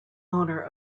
owner